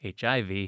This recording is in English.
HIV